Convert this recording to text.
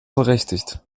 berechtigt